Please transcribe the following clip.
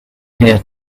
here